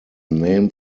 name